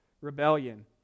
rebellion